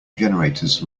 generators